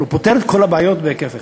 אבל הוא פותר את כל הבעיות בהיקף אחד.